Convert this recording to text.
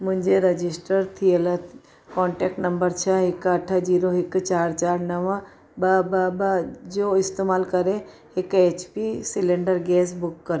मुंहिंजे रजिस्टर थियल contact number छह हिकु अठ जीरो हिकु चारि चारि नव ॿ ॿ ॿ जो इस्तेमालु करे हिकु H P cylinder gas book कनि